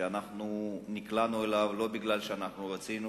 שאנחנו נקלענו אליו לא כי רצינו